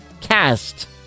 cast